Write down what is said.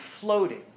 floating